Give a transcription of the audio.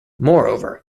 moreover